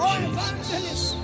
Jesus